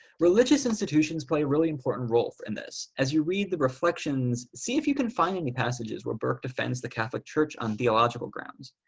religious institutions play a really important role in this. as you read the reflections. see if you can find the passages where burke defends the catholic church on theological grounds.